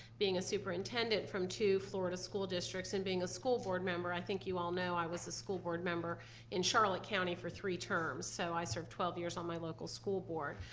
being a superintendent from two florida school districts, and being a school board member. i think you all know i was a school board member in charlotte county for three terms so i serve twelve years on my local school board.